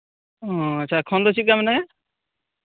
ᱚ ᱮᱠᱷᱚᱱ ᱫᱚ ᱪᱮᱫ ᱞᱮᱠᱟ ᱢᱮᱱᱟᱭᱟ